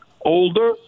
older